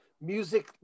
music